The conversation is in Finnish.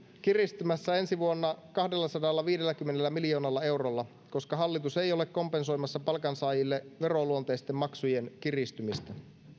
kiristymässä ensi vuonna kahdellasadallaviidelläkymmenellä miljoonalla eurolla koska hallitus ei ole kompensoimassa palkansaajille veroluonteisten maksujen kiristymistä